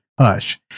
hush